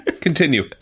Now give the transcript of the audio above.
Continue